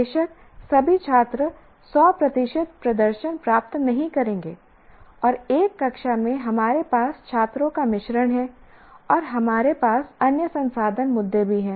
बेशक सभी छात्र 100 प्रतिशत प्रदर्शन प्राप्त नहीं करेंगे और एक कक्षा में हमारे पास छात्रों का मिश्रण है और हमारे पास अन्य संसाधन मुद्दे भी हैं